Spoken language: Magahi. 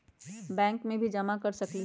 बैंक में भी जमा कर सकलीहल?